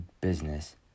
business